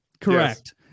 Correct